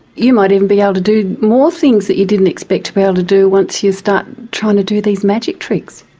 you might even be able to do more things that you didn't expect to be able to do once you start trying to do these magic tricks.